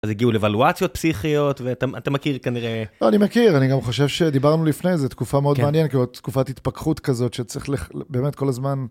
אז הגיעו לוואלואציות פסיכיות, ואתה מכיר כנראה. אני מכיר, אני גם חושב שדיברנו לפני, זו תקופה מאוד מעניינת, כי זו תקופת התפקחות כזאת שצריך לך באמת כל הזמן...